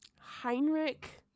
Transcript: Heinrich